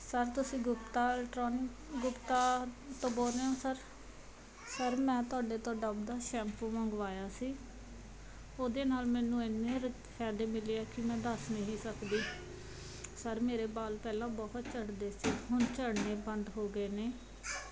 sir ਤੁਸੀਂ ਗੁਪਤਾ ਅਲਟਰੋਨੀ ਗੁਪਤਾ ਤੋਂ ਬੋਲ ਰਹੇ ਓਂ ਸਰ ਸਰ ਮੈਂ ਤੁਹਾਡੇ ਤੋਂ ਡੱਬ ਦਾ ਸ਼ੈਂਪੂ ਮੰਗਵਾਇਆ ਸੀ ਉਹਦੇ ਨਾਲ ਮੈਨੂੰ ਇੰਨੇ ਰ ਫ਼ਾਇਦੇ ਮਿਲੇ ਹੈ ਕਿ ਮੈਂ ਦੱਸ ਨਹੀਂ ਸਕਦੀ ਸਰ ਮੇਰੇ ਵਾਲ ਪਹਿਲਾਂ ਬਹੁਤ ਝੜਦੇ ਸੀ ਹੁਣ ਝੜਨੇ ਬੰਦ ਹੋ ਗਏ ਨੇ